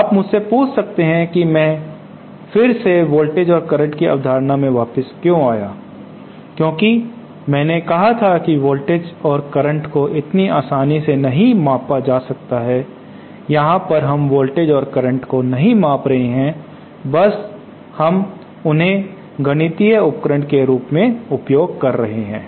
आप मुझसे पूछ सकते हैं की मैं फिर से वोल्टेज और करंट की अवधारणा में वापस क्यों आया क्योंकि मैंने कहा था कि वोल्टेज और करंट को इतनी आसानी से नहीं मापा जा सकता है यहां पर हम वोल्टेज और करंट को नहीं माप रहे हैं हम बस उन्हें गणितीय उपकरण के रूप में उपयोग कर रहे हैं